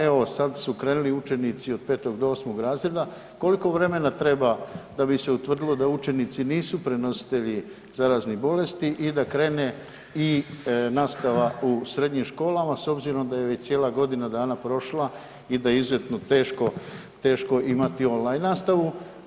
Evo sad su krenuli učenici od 5. do 8. razreda, koliko vremena treba da bi se utvrdilo da učenici nisu prenositelji zaraznih bolesti i da krene i nastava u srednjim školama s obzirom da je već cijela godina dana prošla i da je izuzetno teško, teško imati online nastavu?